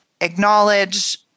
acknowledge